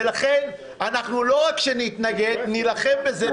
ולכן, לא רק שאנחנו נתנגד, נילחם בזה.